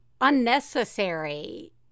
unnecessary